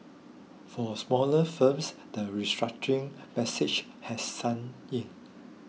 for smaller firms the restructuring message has sunk in